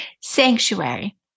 Sanctuary